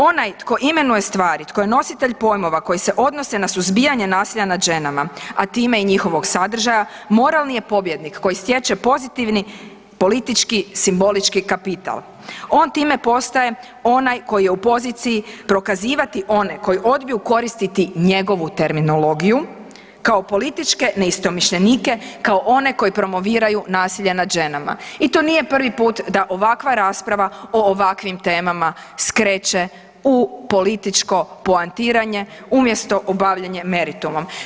Onaj tko imenuje stvari, tko je nositelj pojmova koji se odnose na suzbijanje nasilja nad ženama, a time i njihovog sadržaja moralni je pobjednik koji stječe pozitivni politički simbolički kapital, on time postaje onaj koji je u poziciji prokazivati one koji odbiju koristiti njegovu terminologiju kao političke neistomišljenike kao one koji promoviraju nasilje nad ženama i to nije prvi put da ovakva rasprava o ovakvim temama skreće u političko poentiranje umjesto obavljanje meritumom.